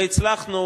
והצלחנו,